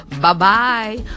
bye-bye